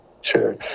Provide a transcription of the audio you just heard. sure